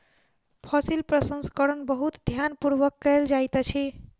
फसील प्रसंस्करण बहुत ध्यान पूर्वक कयल जाइत अछि